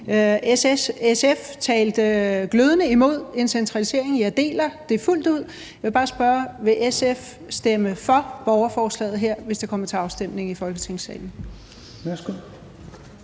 SF talte glødende imod en centralisering, og jeg deler det fuldt ud, så jeg vil bare spørge, om SF vil stemme for borgerforslaget her, hvis det kommer til afstemning i Folketingssalen.